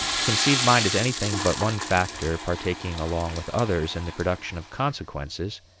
conceive mind as anything but one factor partaking along with others in the production of consequences,